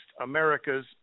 America's